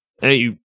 hey